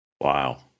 Wow